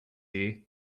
ear